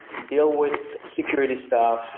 deal with security stuff,